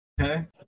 Okay